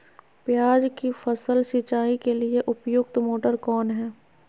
प्याज की फसल सिंचाई के लिए उपयुक्त मोटर कौन है?